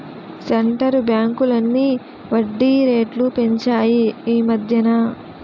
centre బ్యాంకులన్నీ వడ్డీ రేట్లు పెంచాయి ఈమధ్యన